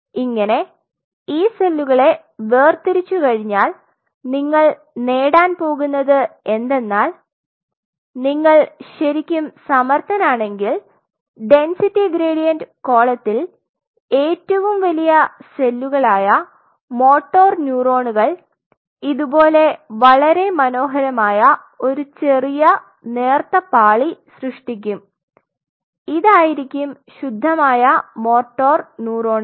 ഇങ്ങനെ ഈ സെല്ലുകളെ വേർതിരിച്ചുകഴിഞ്ഞാൽ നിങ്ങൾ നേടാൻ പോകുന്നത് എന്തെന്നാൽ നിങ്ങൾ ശരിക്കും സമർത്ഥനാണെങ്കിൽ ഡെന്സിറ്റി ഗ്രേഡിയന്റ് കോളത്തിൽ ഏറ്റവും വലിയ സെല്ലുകളായ മോട്ടോർ ന്യൂറോണുൾ ഇതുപോലെ വളരെ മനോഹരമായ ഒരു ചെറിയ നേർത്ത പാളി സൃഷ്ടിക്കും ഇതായിരിക്കും ശുദ്ധമായ മോട്ടോർ ന്യൂറോണുകൾ